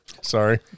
Sorry